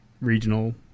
regional